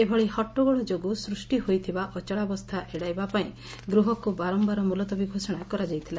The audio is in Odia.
ଏଭଳି ହଟ୍ଟଗୋଳ ଯୋଗୁଁ ସୃଷ୍ଟି ହୋଇଥିବା ଅଚଳାବସ୍କା ଏଡ଼ାଇବା ପାଇଁ ଗୃହକୁ ବାରମ୍ଘାର ମୁଲତବୀ ଘୋଷଣା କରାଯାଇଥିଲା